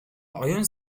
оюун